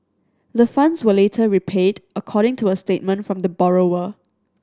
the funds were later repaid according to a statement from the borrower